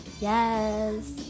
yes